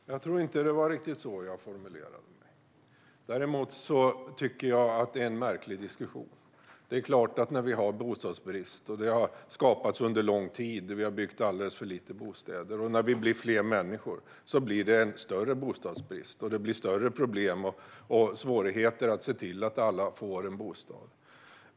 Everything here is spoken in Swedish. Fru talman! Jag tror inte att det var riktigt så jag formulerade mig. Det är en märklig diskussion. När vi har en bostadsbrist som har skapats under lång tid eftersom vi har byggt alldeles för få bostäder och vi blir fler människor blir bostadsbristen större. Då blir det större problem och svårigheter att se till att alla får en bostad.